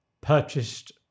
purchased